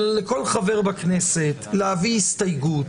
אלא לכל חבר בכנסת להביא הסתייגות.